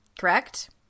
correct